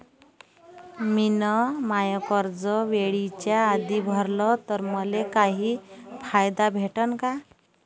मिन माय कर्ज वेळेच्या आधी भरल तर मले काही फायदा भेटन का?